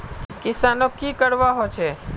किसानोक की करवा होचे?